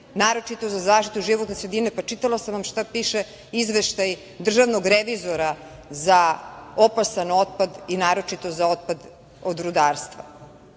naročito za zaštitu životne sredine, pa čitala sam vam šta piše izveštaj državnog revizora za opasan otpad i naročito za otpad od rudarstva.